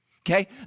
okay